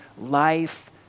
life